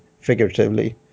figuratively